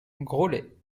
graulhet